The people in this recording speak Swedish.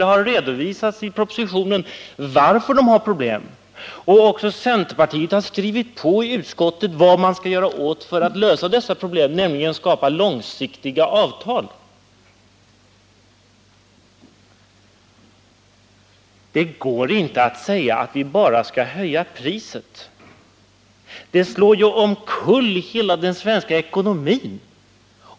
I propositionen har det också redovisats varför de har problem, och även centerpartiet har i utskottet skrivit under på vad som bör göras för att lösa dessa problem, nämligen att vi bör skapa långsiktiga avtal. Det går inte att bara säga att vi skall höja oljepriset.